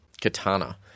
katana